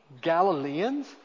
Galileans